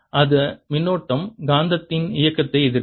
அந்த மின்னோட்டம் காந்தத்தின் இயக்கத்தை எதிர்க்கும்